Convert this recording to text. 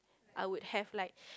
I would hate like